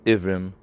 Ivrim